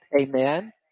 Amen